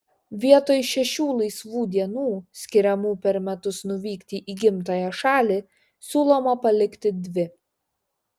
vietoj šešių laisvų dienų skiriamų per metus nuvykti į gimtąją šalį siūloma palikti dvi